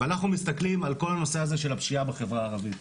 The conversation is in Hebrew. ואנחנו מסתכלים על כל הנושא הזה של הפשיעה בחברה הערבית.